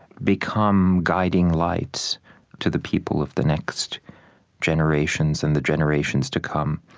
become guiding lights to the people of the next generations and the generations to come.